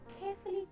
carefully